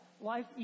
life